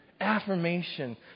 Affirmation